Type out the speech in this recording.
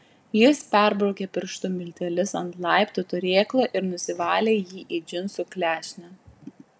jis perbraukė pirštu miltelius ant laiptų turėklo ir nusivalė jį į džinsų klešnę